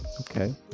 Okay